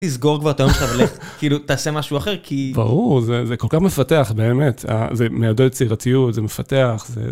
תסגור כבר את היום שלך ולך, כאילו, תעשה משהו אחר, כי... ברור, זה כל כך מפתח, באמת, זה מעודד יצירתיות, זה מפתח, זה...